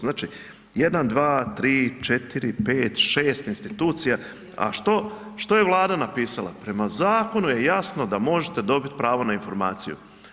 Znači, 1, 2, 3, 4, 5, 6 institucija, a što je Vlada napisala, prema zakonu je jasno da možete dobiti pravo na informaciju.